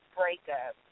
breakup